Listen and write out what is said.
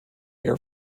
air